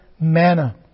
manna